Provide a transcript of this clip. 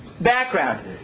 Background